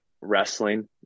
wrestling